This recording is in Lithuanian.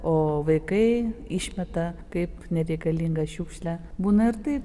o vaikai išmeta kaip nereikalingą šiukšlę būna ir taip